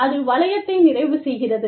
அது வளையத்தை நிறைவு செய்கிறது